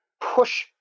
push